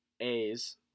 A's